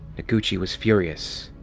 noguchi was furious.